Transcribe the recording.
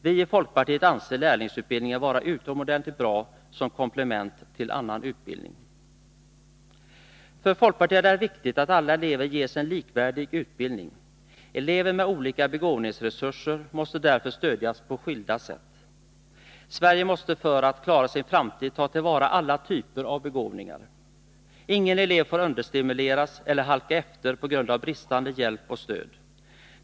Vi i folkpartiet anser lärlingsutbildningen vara utomordentligt bra som komplement till annan utbildning. För folkpartiet är det viktigt att alla elever ges en likvärdig utbildning. Elever med olika begåvningsresurser måste därför stödjas på skilda sätt. Sverige måste för att klara sin framtid ta till vara alla typer av begåvningar. Ingen elev får understimuleras eller ”halka efter” på grund av bristande hjälp och stöd.